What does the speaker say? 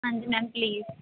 ਹਾਂਜੀ ma'am please